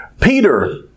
Peter